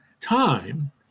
time